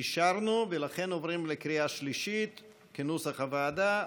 אישרנו, ולכן עוברים לקריאה השלישית כנוסח הוועדה.